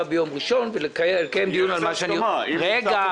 ביום ראשון ולקיים דיון על מה שאני רוצה.